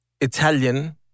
Italian